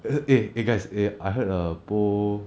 err eh eh guys err bow